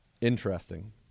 Interesting